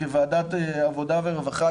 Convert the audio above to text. כוועדת עבודה ורווחה,